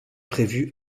prévus